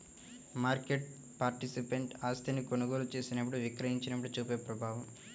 market participant ఆస్తిని కొనుగోలు చేసినప్పుడు, విక్రయించినప్పుడు చూపే ప్రభావం